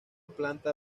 planta